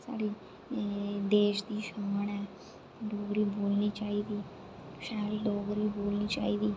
साढ़ी देश दी शान ऐ डोगरी बोलनी चाहिदी शैल डोगरी बोलनी चाहिदी